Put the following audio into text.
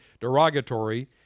derogatory